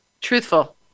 Truthful